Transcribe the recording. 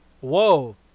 Whoa